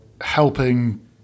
helping